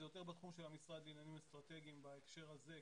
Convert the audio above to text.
זה יותר בתחום של המשרד לעניינים אסטרטגיים בהקשר הזה.